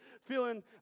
feeling